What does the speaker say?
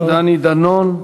דני דנון.